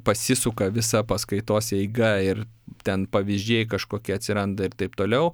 pasisuka visa paskaitos eiga ir ten pavyzdžiai kažkokie atsiranda ir taip toliau